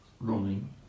running